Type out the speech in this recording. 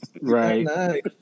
right